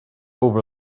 over